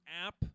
app